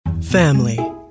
Family